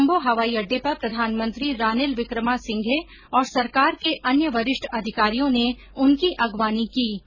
कोलंबो हवाई अड्डे पर प्रधानमंत्री रानिल विक्रमासिंघे और सरकार के अन्य वरिष्ठ अधिकारियों ने उनकी अगवानी की